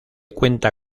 cuenta